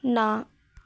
ਨਾ